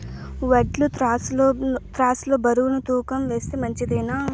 వడ్లు త్రాసు లో బరువును తూకం వేస్తే మంచిదేనా?